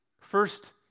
First